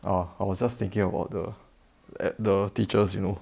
ah I was just thinking about the at~ the teachers you know